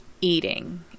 eating